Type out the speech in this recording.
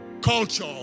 culture